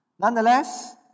Nonetheless